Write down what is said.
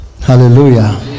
Hallelujah